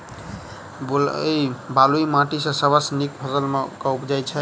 बलुई माटि मे सबसँ नीक फसल केँ उबजई छै?